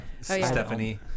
stephanie